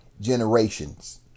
generations